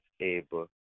able